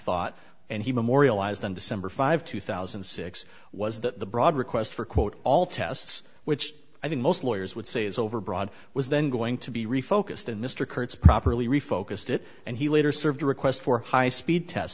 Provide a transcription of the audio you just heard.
thought and he memorialized in december five two thousand and six was that the broad request for quote all tests which i think most lawyers would say is overbroad was then going to be refocused and mr kurtz properly refocused it and he later served a request for high speed test